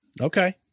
Okay